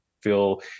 feel